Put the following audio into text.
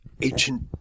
ancient